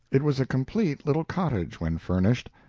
it was a complete little cottage, when furnished.